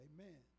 Amen